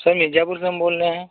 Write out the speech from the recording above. sir Mirzapur से हम बोल रहे हैं